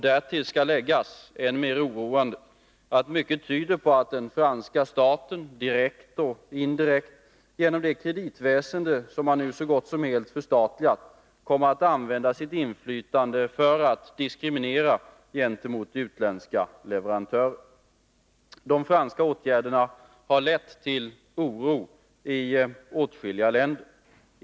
Därtill skall läggas — än mera oroande — att mycket tyder på att den franska staten direkt och indirekt genom det kreditväsende som man nu så gott som helt förstatligat kommer att använda sitt inflytande för att diskriminera utländska leverantörer. De franska åtgärderna har lett till oro i åtskilliga länder.